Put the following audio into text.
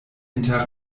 inter